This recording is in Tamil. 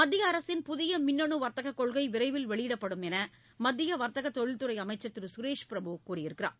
மத்திய அரசின் புதிய மின்னணு வர்த்தகக் கொள்கை விரைவில் வெளியிடப்படும் என மத்திய வர்த்தக தொழில்துறை அமைச்சர் திரு சுரேஷ் பிரபு தெரிவித்துள்ளார்